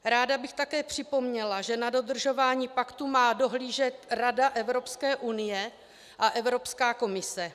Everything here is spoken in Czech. Ráda bych také připomněla, že na dodržování paktu má dohlížet Rada Evropské unie a Evropská komise.